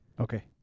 Okay